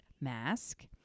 mask